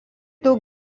daug